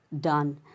done